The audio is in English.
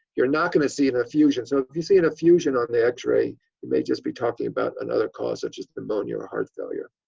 you're not going to see an effusion. so if you see an effusion on the x-ray you may just be talking about another cause such as pneumonia or heart failure.